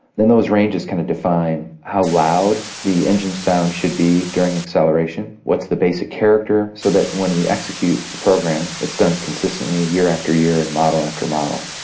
then those ranges kind of define how loud the engine sound should be during acceleration. what's the basic character, so that when we execute a program, it's done consistently year after year and model after model?